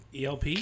ELP